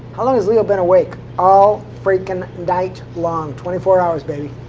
how long has leo been awake? all freaking night long. twenty four hours, baby.